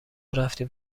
رفتیم